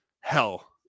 hell –